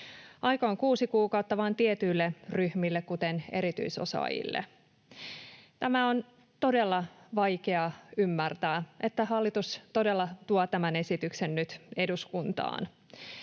Aika on kuusi kuukautta vain tietyille ryhmille, kuten erityisosaajille. On todella vaikea ymmärtää, että hallitus todella tuo tämän esityksen nyt eduskuntaan.